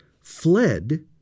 fled